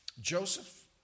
Joseph